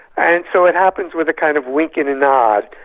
and so it happens with a kind of wink and a nod.